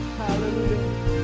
hallelujah